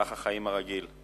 במהלך החיים הרגיל.